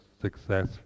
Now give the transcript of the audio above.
success